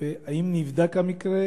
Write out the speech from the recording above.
אירועים נוספים דומים בשכונה.